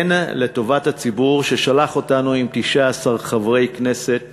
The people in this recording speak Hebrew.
כן, לטובת הציבור ששלח אותנו עם 19 חברי כנסת